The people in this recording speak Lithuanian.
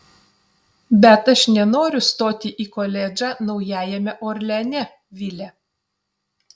bet aš nenoriu stoti į koledžą naujajame orleane vile